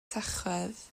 tachwedd